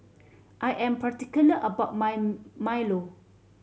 I am particular about my milo